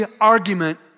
argument